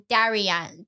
Darian